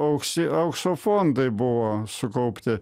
auksi aukso fondai buvo sukaupti